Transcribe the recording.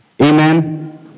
Amen